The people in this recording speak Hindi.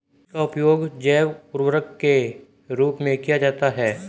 किसका उपयोग जैव उर्वरक के रूप में किया जाता है?